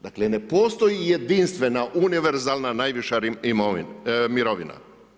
Dakle, ne postoji jedinstvena, univerzalna najviša mirovina.